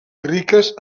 riques